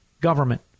government